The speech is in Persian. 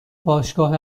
باشگاه